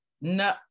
no